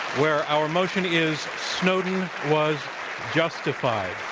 where our motion is snowden was justified.